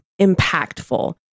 impactful